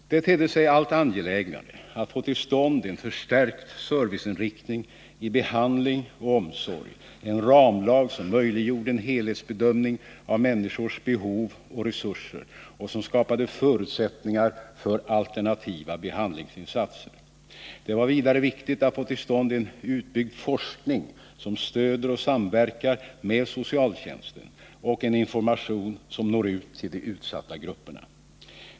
Det tedde sig allt angelägnare att få till stånd en förstärkt serviceinriktning i behandling och omsorg, en ramlag som möjliggjorde en helhetsbedömning av människors behov och resurser och som skapade förutsättningar för alternativa behandlingsinsatser. Det var vidare viktigt att få till stånd en utbyggd forskning som stöder och samverkar med socialtjänsten och en information som når ut till de utsatta grupperna.